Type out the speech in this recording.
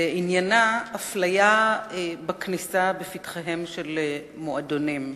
ועניינה אפליה בכניסה בפתחיהם של מועדונים.